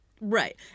Right